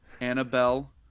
Annabelle